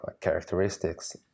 characteristics